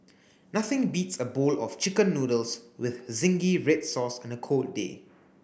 nothing beats a bowl of chicken noodles with zingy red sauce on a cold day